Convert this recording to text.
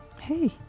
Hey